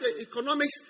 economics